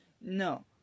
No